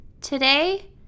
Today